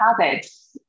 habits